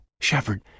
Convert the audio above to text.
Shepard